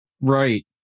Right